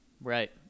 Right